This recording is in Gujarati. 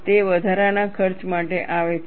તે વધારાના ખર્ચ માટે આવે છે